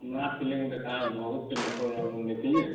film ଗୋଟେ କା ବହୁତ ଲୋକେ ଯାଉଛନ୍ତି ଦେଖିଯେ